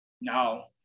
No